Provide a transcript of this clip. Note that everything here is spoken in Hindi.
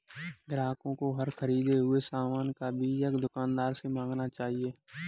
ग्राहकों को हर ख़रीदे हुए सामान का बीजक दुकानदार से मांगना चाहिए